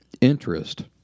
interest